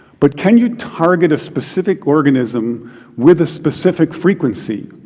but can you target a specific organism with a specific frequency?